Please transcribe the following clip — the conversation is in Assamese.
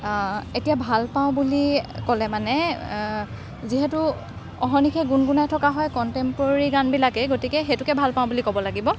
এতিয়া ভাল পাওঁ বুলি ক'লে মানে যিহেতু অহৰ্নিশে গুণগুণাই থকা হয় কনটেম্পৰৰী গানবিলাকেই গতিকে সেইটোকে ভাল পাওঁ বুলি ক'ব লাগিব